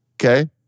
Okay